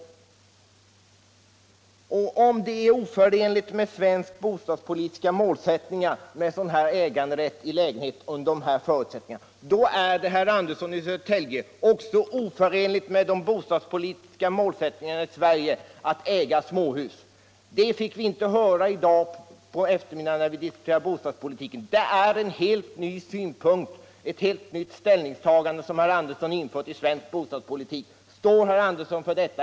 Om sådan äganderätt till lägenhet är oförenlig med svenska bostadspolitiska målsättningar, är det också, herr Andersson i Södertälje, oförenligt med de bostadspolitiska målsättningarna i Sverige att äga småhus. Det fick vi inte höra i dag på eftermiddagen när vi diskuterade bostadspolitiken. Det är en helt ny synpunkt och ett helt nytt ställningstagande som herr Andersson infört i svensk bostadspolitik. Står herr Andersson för detta?